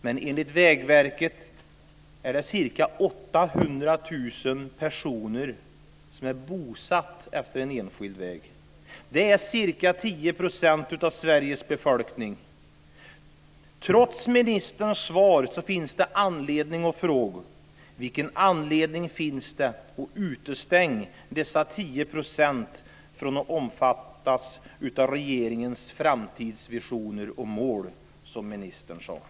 Men enligt Vägverket är ca 800 000 personer bosatta efter en enskild väg. Det är ca 10 % av Sveriges befolkning. Trots ministerns svar finns det skäl att fråga: från att omfattas av regeringens framtidsvisioner och mål - som ministern sade?